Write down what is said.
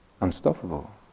unstoppable